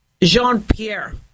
Jean-Pierre